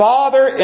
Father